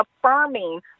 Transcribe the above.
affirming